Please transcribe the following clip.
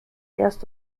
erst